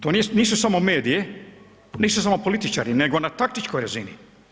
To nisu samo medije, nisu samo političari nego na taktičkoj razini.